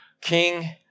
King